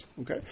Okay